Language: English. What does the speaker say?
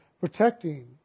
protecting